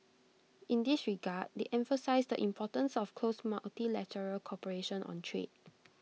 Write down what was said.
in this regard they emphasised the importance of close multilateral cooperation on trade